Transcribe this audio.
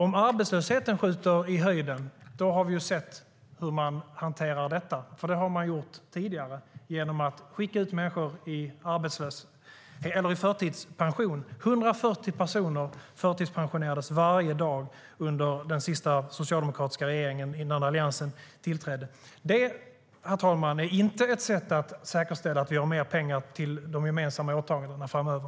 Om arbetslösheten skjuter i höjden har vi sett hur de hanterar detta. Tidigare har de gjort det genom att skicka ut människor i förtidspension. Varje dag förtidspensionerades 140 personer under den senaste socialdemokratiska regeringen innan Alliansen tillträdde. Herr talman! Detta är inte ett sätt att säkerställa mer pengar till de gemensamma åtagandena framöver.